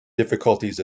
difficulties